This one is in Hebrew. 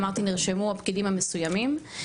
אמרתי נרשמו הפקידים המסוימים,